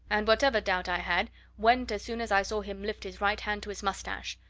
and whatever doubt i had went as soon as i saw him lift his right hand to his moustache,